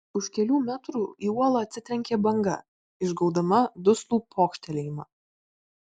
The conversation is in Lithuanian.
už kelių metrų į uolą atsitrenkė banga išgaudama duslų pokštelėjimą